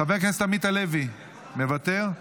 חבר הכנסת עמית הלוי, מוותר,